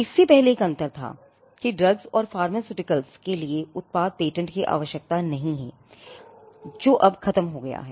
इससे पहले एक अंतर था कि ड्रग्स और फार्मास्यूटिकल्स के लिए उत्पाद पेटेंट की आवश्यकता नहीं है जो अब खत्म हो गया है